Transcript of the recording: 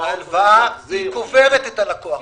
הלוואה קוברת את הלקוח.